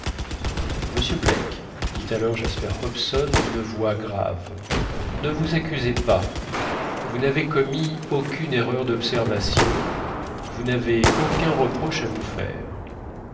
monsieur black dit alors jasper hobson d'une voix grave ne vous accusez pas vous n'avez commis aucune erreur d'observation vous n'avez aucun reproche à vous faire